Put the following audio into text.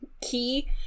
key